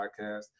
podcast